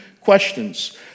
questions